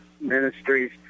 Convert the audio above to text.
ministries